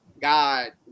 God